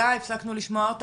אני מתנצלת רות שאני קוטעת אותך,